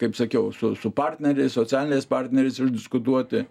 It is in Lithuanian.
kaip sakiau su su partneriais socialiniais partneriais išdiskutuoti